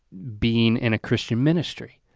being in a christian ministry.